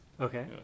okay